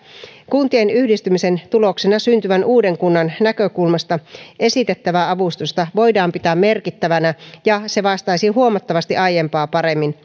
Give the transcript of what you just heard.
kuntien yhdistymisen tuloksena syntyvän uuden kunnan näkökulmasta esitettävää avustusta voidaan pitää merkittävänä ja se vastaisi huomattavasti aiempaa paremmin